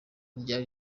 ryari